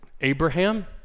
Abraham